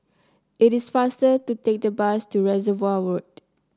it is faster to take the bus to Reservoir Road